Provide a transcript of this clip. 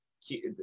keep